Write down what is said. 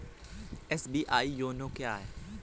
SBI YONO क्या है?